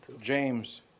james